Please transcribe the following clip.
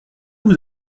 vous